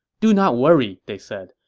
do not worry, they said.